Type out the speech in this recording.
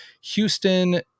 Houston